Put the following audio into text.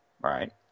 right